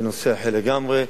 בנושא אחר לגמרי.